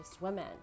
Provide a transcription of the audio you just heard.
women